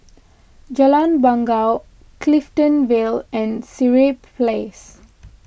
Jalan Bangau Clifton Vale and Sireh Place